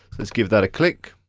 let's give that a click,